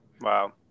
Wow